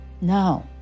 now